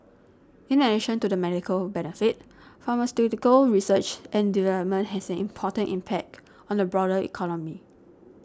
in addition to the medical benefit pharmaceutical research and development has an important impact on the broader economy